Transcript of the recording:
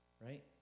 right